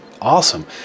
awesome